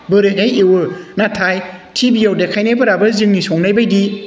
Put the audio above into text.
बोरैहाय एवो नाथाय टिभिआव देखायनायफोराबो जोंनि संनायबायदि